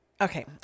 okay